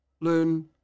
learn